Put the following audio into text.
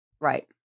Right